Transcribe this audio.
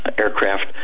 aircraft